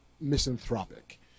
misanthropic